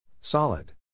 Solid